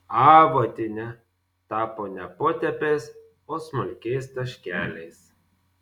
avuotinia tapo ne potėpiais o smulkiais taškeliais